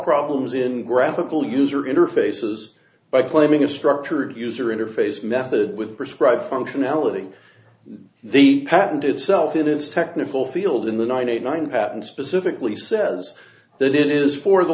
problems in graphical user interfaces by claiming a structured user interface method with prescribed functionality the patent itself in its technical field in the ninety nine patent specifically says that it is for the